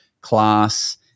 class –